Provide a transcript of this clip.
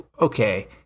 okay